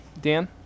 Dan